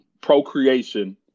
procreation